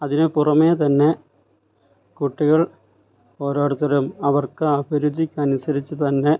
അതിന് പുറമേതന്നെ കുട്ടികൾ ഓരോരുത്തരും അവർക്ക് അഭിരുചിക്കനുസരിച്ചുതന്നെ